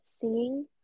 singing